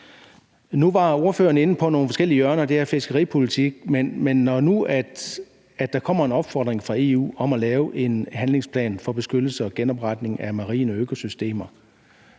Nu var ordføreren inde på nogle forskellige hjørner af det her med fiskeripolitik. Men når nu der kommer en opfordring fra EU om at lave en handlingsplan for beskyttelse og genopretning af marine økosystemer